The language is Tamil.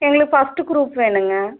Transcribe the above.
எங்களுக்கு ஃபர்ஸ்டு குரூப் வேணுங்க